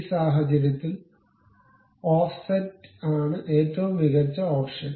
ഈ സാഹചര്യത്തിൽ ഓഫ്സെറ്റാണ് ഏറ്റവും മികച്ച ഓപ്ഷൻ